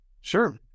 Sure